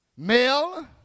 Male